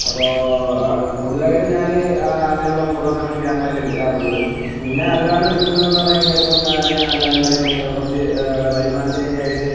അപ്പോൾ അത് കുടുതലായിട്ടും ഞാന് അങ്ങനെയുള്ള ഫോട്ടോസാണ് ക്യാമെറയിൽ എടുക്കാറുള്ളത് പിന്നെ അല്ലാണ്ട് എടുക്കുന്നത് എന്ന് പറഞ്ഞു കഴിഞ്ഞാൽ ഇപ്പോൾ അല്ലാണ്ട് ഞാന് എന്താ പറയുക ഇപ്പോൾ കുറച്ച് വരുമാനത്തിനൊക്കെ ആയിട്ട്